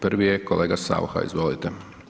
Prvi je kolega Saucha, izvolite.